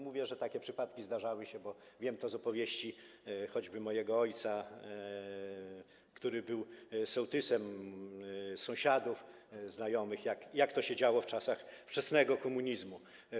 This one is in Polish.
Mówię, że takie przypadki się zdarzały, bo wiem to z opowieści choćby mojego ojca, który był sołtysem, sąsiadów, znajomych, jak to się działo w czasach wczesnego komunizmu.